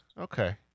Okay